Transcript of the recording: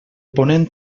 ponent